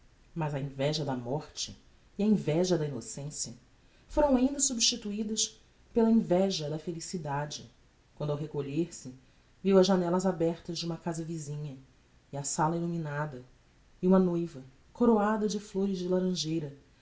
mas a inveja da morte e a inveja da innocencia foram ainda substituidas pela inveja da felicidade quando ao recolher-se viu as janellas abertas de uma casa visinha e a sala illuminada e uma noiva coroada de flores de laranjeira